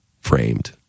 framed